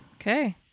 Okay